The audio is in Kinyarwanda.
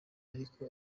ariko